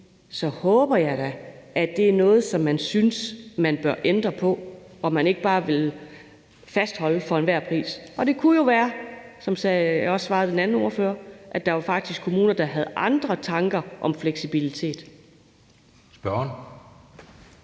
så håber jeg da, at det er noget, som man synes man bør ændre på, og at man ikke bare vil fastholde det for enhver pris. Det kunne jo være, som jeg også svarede den anden spørger, at der faktisk var kommuner, der havde andre tanker om fleksibilitet. Kl.